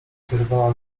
kierowała